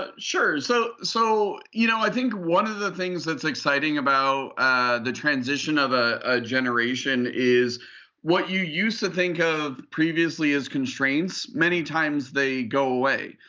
ah sure, so so you know i think one of the things that's exciting about about the transition of a generation is what you used to think of previously as constraints, many times they go away.